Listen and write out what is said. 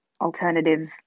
alternative